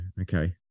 okay